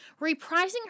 reprising